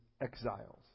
exiles